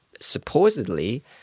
supposedly